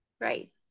Right